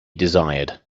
desired